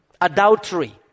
adultery